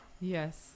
yes